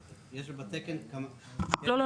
לא.